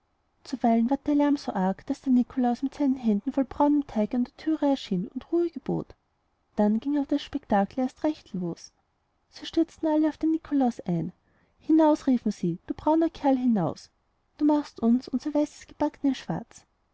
zuweilen ward der lärm so arg daß der nikolaus mit seinen händen voll braunem teig an der türe erschien und ruhe gebot dann ging aber der spektakel erst recht los sie stürzten alle auf den nikolaus ein hinaus riefen sie du brauner kerl hinaus du machst uns unser weißes gebackne schwarz